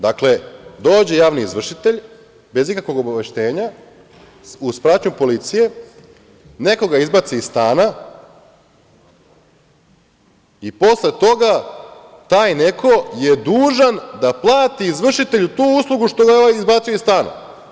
Dakle, dođe javni izvršitelj, bez ikakvog obaveštenja uz pratnju policije, nekoga izbaci iz stana, i posle toga taj neko je dužan da plati izvršitelju tu uslugu što ga je ovaj izbacio iz stana.